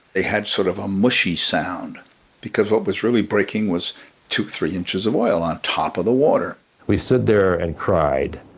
they had sort of a mushy sound because what was really breaking was two, three inches of oil on top of the water we stood there and cried.